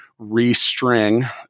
restring